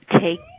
Take